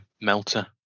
melter